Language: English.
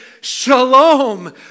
shalom